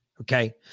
Okay